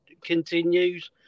continues